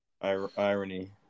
Irony